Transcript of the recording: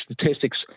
statistics